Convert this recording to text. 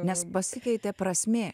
nes pasikeitė prasmė